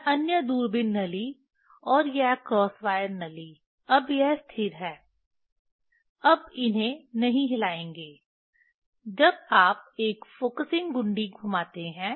यह अन्य दूरबीन नली और यह क्रॉस वायर नली अब यह स्थिर है अब इन्हें नहीं हिलाएंगे जब आप एक फ़ोकसिंग घुंडी घुमाते हैं